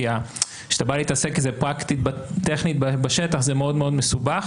כי כשאתה בא להתעסק בזה טכנית בשטח זה מאוד מאוד מסובך.